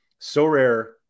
Sorare